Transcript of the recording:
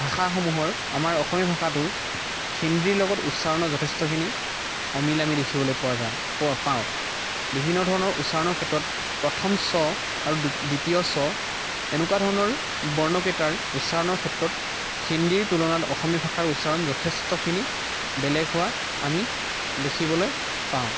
ভাষাসমূহৰ আমাৰ অসমীয়া ভাষাটোৰ হিন্দীৰ লগত উচ্চাৰণৰ যথেষ্টখিনি অমিল আমি দেখিবলৈ পোৱা যায় পোৱা পাওঁ বিভিন্ন ধৰণৰ উচ্চাৰণৰ ক্ষেত্ৰত প্ৰথম চ আৰু দু দ্বিতীয় ছ এনেকুৱা ধৰণৰ বৰ্ণকেইটাৰ উচ্চাৰণৰ ক্ষেত্ৰত হিন্দীৰ তুলনাত অসমীয়া ভাষাৰ উচ্চৰণ যথেষ্টখিনি বেলেগ হোৱা আমি দেখিবলৈ পাওঁ